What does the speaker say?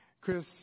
Chris